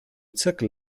zirkel